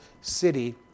city